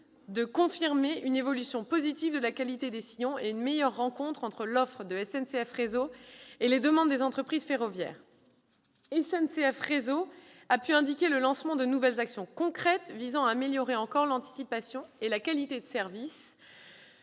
de confirmer une évolution positive de la qualité des sillons et une meilleure rencontre entre l'offre de SNCF Réseau et les demandes des entreprises ferroviaires. Ainsi, SNCF Réseau a pu indiquer le lancement de nouvelles actions concrètes visant à améliorer encore l'anticipation et la qualité de service,